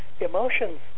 Emotions